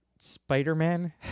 Spider-Man